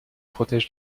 protège